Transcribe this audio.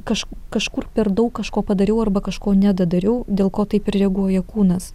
kaž kažkur per daug kažko padariau arba kažko nedadariau dėl ko taip ir reaguoja kūnas